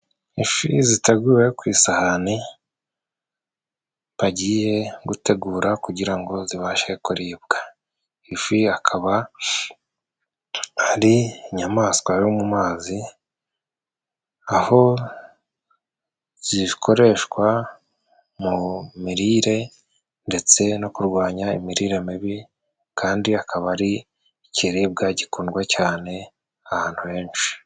Ifi ziteguwe ku isahani bagiye gutegura kugira ngo zibashe kuribwa, ifi akaba hari inyamaswa yo mu mazi aho zikoreshwa mu mirire ndetse no kurwanya imirire mibi, kandi akaba ari ikiribwa gikundwa cyane ahantu henshi.